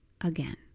again